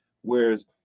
Whereas